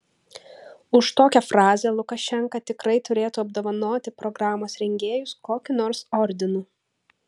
už tokią frazę lukašenka tikrai turėtų apdovanoti programos rengėjus kokiu nors ordinu